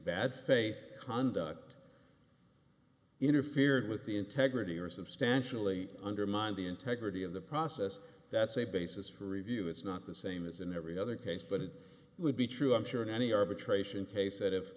faith conduct interfered with the integrity or substantially undermined the integrity of the process that's a basis for review it's not the same as in every other case but it would be true i'm sure in any arbitration case that if